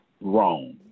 wrong